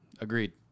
agreed